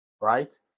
right